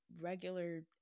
regular